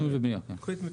תכנון ובנייה, כן.